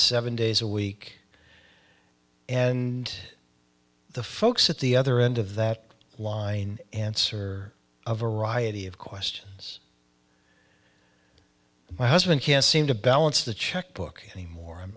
seven days a week and the folks at the other end of that line answer a variety of questions my husband can't seem to balance the checkbook anymore